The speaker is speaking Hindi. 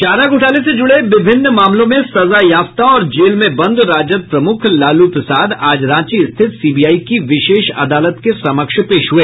चारा घोटाले से जुड़े विभिन्न मामलों में सजायाफ्ता और जेल में बंद राजद प्रमुख लालू प्रसाद आज रांची स्थित सीबीआई की विशेष अदालत के समक्ष पेश हुए